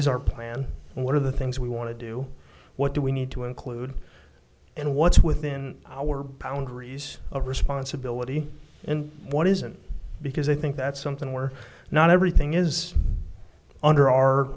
is our plan and what are the things we want to do what do we need to include and what's within our boundaries of responsibility and what isn't because i think that's something we're not everything is under our